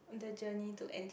the journey to N